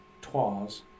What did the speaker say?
Twas